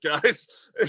guys